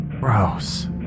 Gross